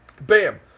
Bam